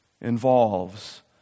involves